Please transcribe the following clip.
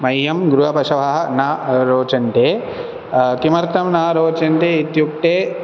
मह्यं गृहपशवः न रोचन्ते किमर्थं न रिचन्ते इत्युक्ते